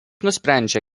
nusprendžia